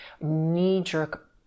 knee-jerk